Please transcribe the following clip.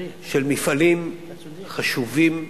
של מפעלים חשובים,